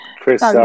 Chris